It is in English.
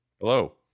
Hello